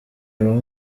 ibahe